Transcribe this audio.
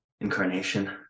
incarnation